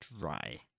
dry